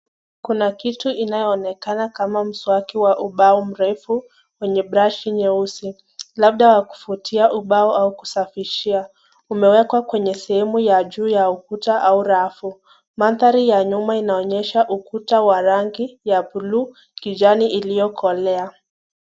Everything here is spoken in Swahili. Kuna kitu inaoneka kama mswaki wa uba au mrefu wa mbao, brashi nyeusi, labda wa kufutia ubao au wa kusafishia imewekwa kwenye sehemu ya juu, ya ukuta au rafu madhari ya nyuma inaonyesha ukuta wa rangi ya blue kijani iliokolea.